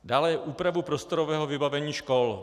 Dále úpravu prostorového vybavení škol.